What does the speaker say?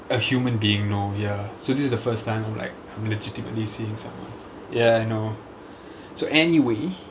a human being no ya so this is the first time I'm like I'm legitimately seeing someone ya I know so anyway